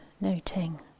noting